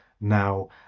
now